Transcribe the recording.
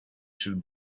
should